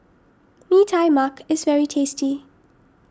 Mee Tai Mak is very tasty